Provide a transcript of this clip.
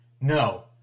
No